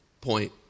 point